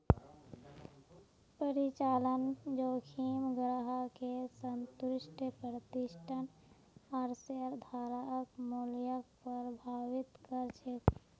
परिचालन जोखिम ग्राहकेर संतुष्टि प्रतिष्ठा आर शेयरधारक मूल्यक प्रभावित कर छेक